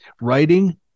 writing